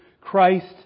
Christ